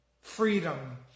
freedom